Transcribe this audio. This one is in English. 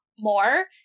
more